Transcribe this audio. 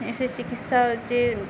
এসে চিকিৎসা যে